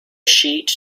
sheet